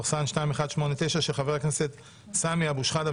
הצעת ח"כ סמי אבו שחאדה,